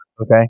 Okay